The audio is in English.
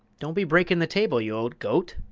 don't be breakin' the table, you old goat!